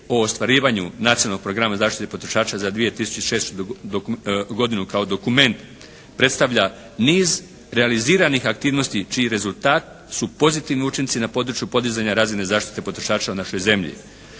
o ostvarivanju Nacionalnog programa zaštite potrošača za 2006. godinu kao dokument predstavlja niz realiziranih aktivnosti čiji rezultat su pozitivni učinci na području podizanja razine zaštite potrošača u našoj zemlji.